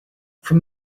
from